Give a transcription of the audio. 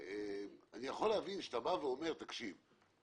אני יכול להבין שאתה בא ואומר: תקשיב,